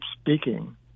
speaking